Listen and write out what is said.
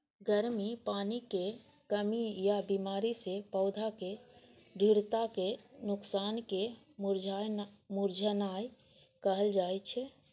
गर्मी, पानिक कमी या बीमारी सं पौधाक दृढ़ताक नोकसान कें मुरझेनाय कहल जाइ छै